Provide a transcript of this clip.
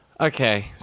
Okay